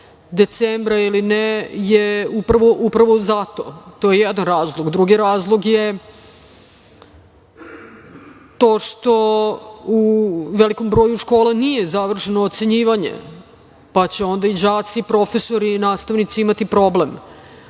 decembra ili ne je upravo zato. To je jedan razlog. Drugi razlog je to što u velikom broju škola nije završeno ocenjivanje, pa će onda i đaci i profesori i nastavnici imati problem. Treći